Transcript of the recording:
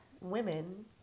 women